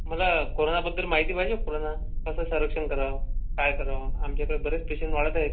मला कोरोनाबद्दल माहिती पाहिजे कोरोना कसं संरक्षण करावं काय करावं आमच्याकडे बरेच पेशंट वाढत आहेत